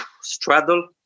straddle